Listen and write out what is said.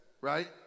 right